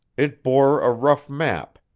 it bore a rough map,